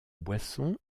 boisson